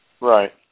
Right